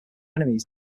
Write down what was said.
enemies